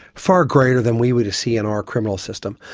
far greater than we would see in our criminal system.